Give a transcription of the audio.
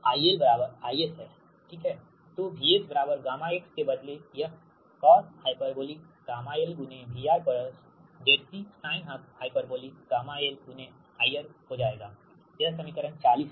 तो VS बराबर γx के बदले यह coshγl ∗ VR ZC sinhγl IR होगा यह समीकरण 40 है